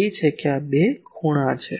એ કે આ 2 ખૂણા છે